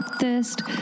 thirst